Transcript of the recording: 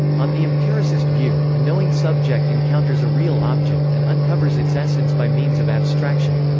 on the empiricist view, a knowing subject encounters a real object and uncovers its essence by means of abstraction.